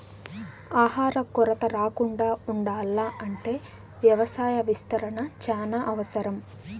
ఆహార కొరత రాకుండా ఉండాల్ల అంటే వ్యవసాయ విస్తరణ చానా అవసరం